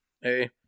hey